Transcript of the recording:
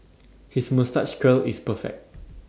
his moustache curl is perfect